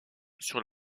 sur